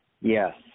Yes